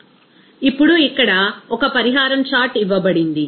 refer slide టైం2426 ఇప్పుడు ఇక్కడ ఒక పరిహారం చార్ట్ ఇవ్వబడింది